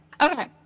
Okay